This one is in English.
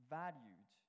valued